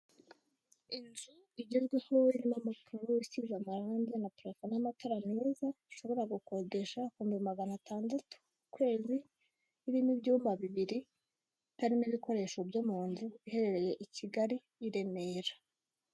Inzu igezweho irimo amakaro isize amarange na parafo n'amatara meza, ushobora gukodesha ibihumbi magana atandatu ku kwezi, irimo ibyumba bibiri, harimo ibikoresho byo mu nzu iherereye i Kigali i Remera.